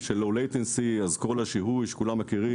של Low latency אז כל השיהוי שכולם מכירים